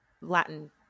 Latin